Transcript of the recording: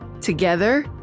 Together